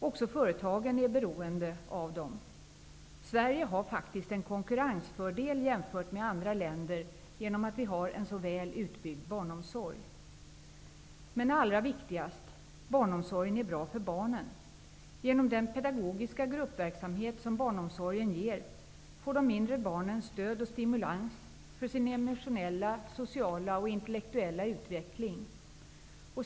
Också företagen är beroende av deras insatser. Sverige har faktiskt en konkurrensfördel, jämfört med andra länder, genom att vi i Sverige har en så väl utbyggd barnomsorg. Men det allra viktigaste är att barnomsorgen är bra för barnen. Genom den pedagogiska gruppverksamhet som barnomsorgen ger får de mindre barnen stöd och stimulans i sin emotionella, sociala och intellektuella utveckling.